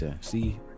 See